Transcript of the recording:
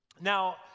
Now